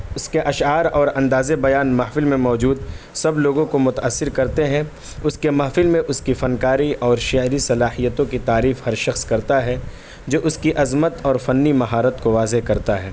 اس کے اشعار اور اندازِ بیان محفل میں موجود سب لوگوں کو متاثر کرتے ہیں اس کے محفل میں اس کی فنکاری اور شعری صلاحیتوں کی تعریف ہر شخص کرتا ہے جو اس کی عظمت اور فنی مہارت کو واضح کرتا ہے